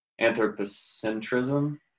anthropocentrism